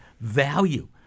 value